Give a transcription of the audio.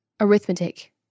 Arithmetic